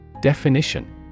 Definition